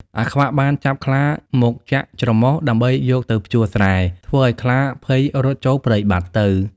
អាខ្វាក់ បានចាប់ខ្លាមកចាក់ច្រមុះដើម្បីយកទៅភ្ជួរស្រែ ធ្វើឱ្យខ្លាភ័យរត់ចូលព្រៃបាត់ទៅ ។